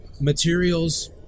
materials